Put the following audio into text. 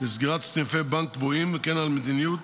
לסגירת סניפי בנק קבועים, וכן על מדיניות